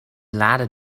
laden